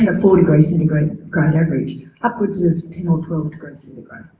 ah four degree centigrade average upwards of ten or twelve degrees centigrade.